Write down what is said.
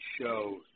show